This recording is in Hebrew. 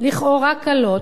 לכאורה קלות,